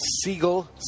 Siegel